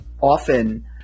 often